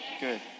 Good